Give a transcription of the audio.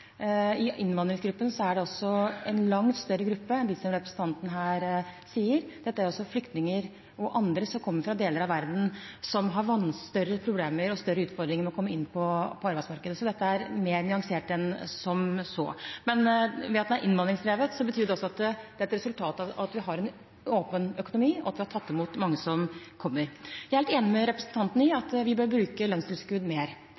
I innvandringsgruppen er det også en langt større gruppe enn dem som representanten her nevner. Det er også flyktninger og andre som kommer fra deler av verden som har større problemer og større utfordringer med å komme inn på arbeidsmarkedet. Så dette er mer nyansert enn som så. At den er innvandringsdrevet, betyr også at det er et resultat av at vi har en åpen økonomi, og at vi har tatt imot mange som kommer. Jeg er helt enig med representanten i at vi bør bruke lønnstilskudd mer.